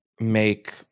make